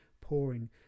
pouring